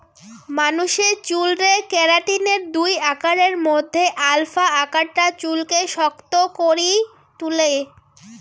মানুষের চুলরে কেরাটিনের দুই আকারের মধ্যে আলফা আকারটা চুলকে শক্ত করি তুলে